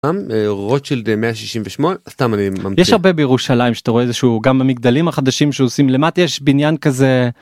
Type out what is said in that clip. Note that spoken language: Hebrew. רוצ'ילד 168, סתם אני ממציא. יש הרבה בירושלים שאתה רואה איזה שהוא גם במגדלים החדשים שעושים. למטה יש בניין כזה...